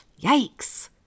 Yikes